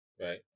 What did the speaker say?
Right